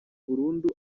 burundu